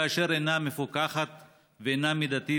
כאשר אינה מפוקחת ואינה מידתית,